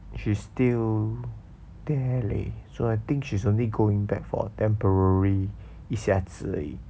she's still there leh so I think she's only going back for temporary 一下子而已